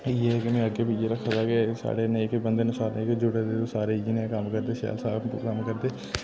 इ'यै कि मैं अग्गें बी इयै रक्खे दा कि साढ़ै कन्नै जेह्के बंदे न सारे गै जुड़े दे सारे इ'यै नेहा कम्म करदे शैल साफ कम्म करदे अग्गें